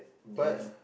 ya